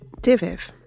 Diviv